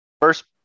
first